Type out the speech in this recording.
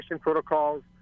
protocols